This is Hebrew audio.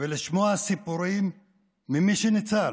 ולשמוע סיפורים ממי שניצל,